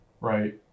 right